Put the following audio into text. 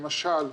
למשל,